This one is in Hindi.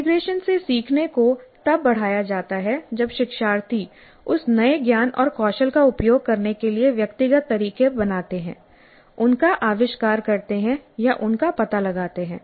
इंटीग्रेशन से सीखने को तब बढ़ाया जाता है जब शिक्षार्थी उस नए ज्ञान और कौशल का उपयोग करने के लिए व्यक्तिगत तरीके बनाते हैं उनका आविष्कार करते हैं या उनका पता लगाते हैं